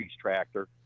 tractor